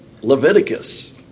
Leviticus